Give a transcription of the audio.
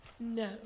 No